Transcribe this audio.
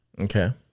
Okay